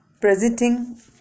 Presenting